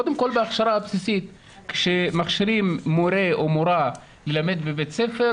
קודם כל בהכשרה הבסיסית שמכשירים מורה או מורה ללמד בבית ספר,